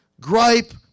gripe